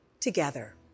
together